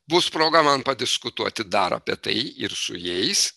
bus proga man padiskutuoti dar apie tai ir su jais